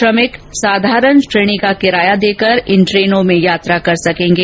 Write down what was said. श्रमिक साधारण श्रेणी का किराया देकर इन ट्रेनों में यात्रा कर सकेंगे